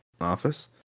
office